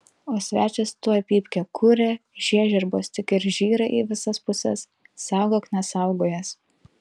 o svečias tuoj pypkę kuria žiežirbos tik ir žyra į visas puses saugok nesaugojęs